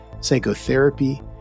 psychotherapy